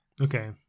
Okay